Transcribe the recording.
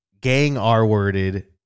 gang-R-worded